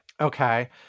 Okay